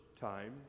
time